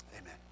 amen